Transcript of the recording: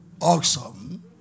awesome